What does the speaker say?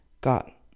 Got